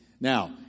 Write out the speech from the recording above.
Now